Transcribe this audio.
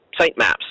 sitemaps